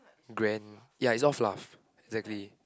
grand ya it's all fluff exactly